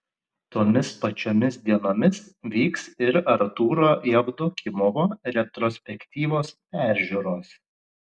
tomis pačiomis dienomis vyks ir artūro jevdokimovo retrospektyvos peržiūros